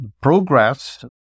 progress